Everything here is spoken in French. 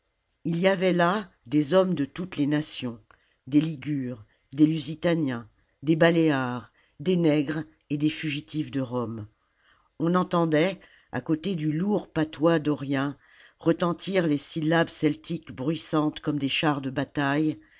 ii y avait là des hommes de toutes les nations des ligures des lusitaniens des baléares des nègres et des fugitifs de rome on entendait à côté du lourd patois dorien retentir les syllabes celtiques bruissantes comme des chars de bataille